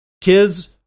kids